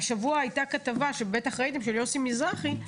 השבוע היתה כתבה של יוסי מזרחי,